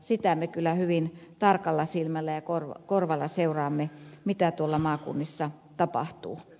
sitä me kyllä hyvin tarkalla silmällä ja korvalla seuraamme mitä tuolla maakunnissa tapahtuu